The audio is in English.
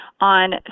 on